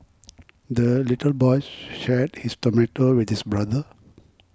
the little boy shared his tomato with his brother